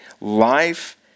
life